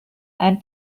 and